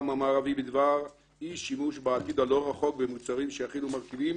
המערבי בדבר אי שימוש בעתיד הלא רחוק במוצרים שיכילו מרכיבים